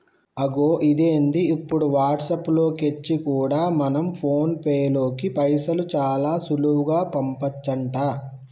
అగొ ఇదేంది ఇప్పుడు వాట్సాప్ లో కెంచి కూడా మన ఫోన్ పేలోకి పైసలు చాలా సులువుగా పంపచంట